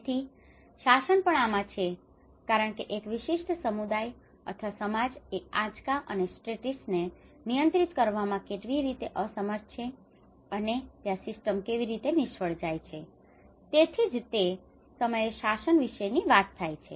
તેથી શાસન પણ આમાં છે કારણ કે એક વિશિષ્ટ સમુદાય અથવા સમાજ એ આંચકા અને સ્ટ્રેસીસstressesતાણને નિયંત્રિત કરવામાં કેવી રીતે અસમર્થ છે અને ત્યાં સીસ્ટમ કેવી રીતે નિષ્ફળ જાય છે તેથી જ તે સમયે શાસન વિશેની વાત થાય છે